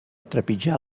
trepitjar